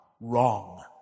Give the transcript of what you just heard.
wrong